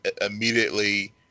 immediately